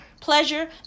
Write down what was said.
pleasure